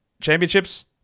championships